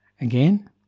Again